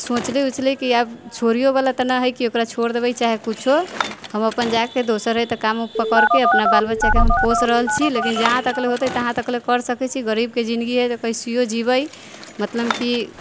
सोचली उचली की आब छोड़ैओवला तऽ नहि हइ कि ओकरा छोड़ि देबै चाहे किछु हम अपन जाके दोसर ओतऽ काम उम पकड़िके अपना बाल बच्चाके हम पोसि रहल छी लेकिन जहाँ तकले होतै तहाँ तकले करि सकै छी गरीबके जिन्दगी हइ तऽ कइसेहिओ जिबै मतलम कि